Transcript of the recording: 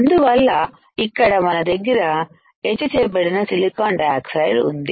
అందువల్ల ఇక్కడ మన దగ్గర ఎచ్ చేయబడిన సిలికాన్ డయాక్సైడ్ ఉంది